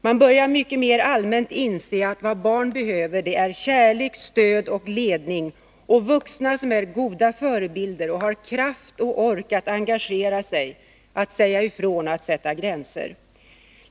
Man börjar mycket mer allmänt inse att vad barn behöver är kärlek, stöd och ledning samt vuxna som är goda förebilder och som har kraft och ork att engagera sig, att säga ifrån och att sätta gränser.